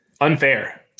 unfair